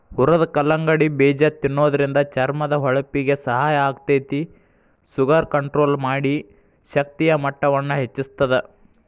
ಹುರದ ಕಲ್ಲಂಗಡಿ ಬೇಜ ತಿನ್ನೋದ್ರಿಂದ ಚರ್ಮದ ಹೊಳಪಿಗೆ ಸಹಾಯ ಆಗ್ತೇತಿ, ಶುಗರ್ ಕಂಟ್ರೋಲ್ ಮಾಡಿ, ಶಕ್ತಿಯ ಮಟ್ಟವನ್ನ ಹೆಚ್ಚಸ್ತದ